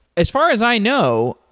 as far as i know,